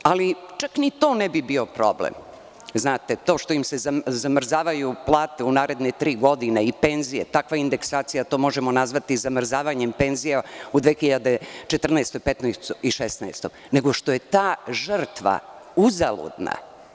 Ali, čak ni to ne bi bio problem, to što im se zamrzavaju plate u naredne tri godine i penzije, takva indeksacija, to možemo nazvati zamrzavanjem penzija u 2014, 2015. i 2016. godini, nego što je ta žrtva uzaludna.